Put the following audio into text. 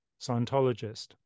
Scientologist